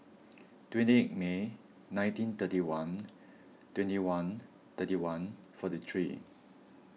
twenty eight May nineteen thirty one twenty one thirty one forty three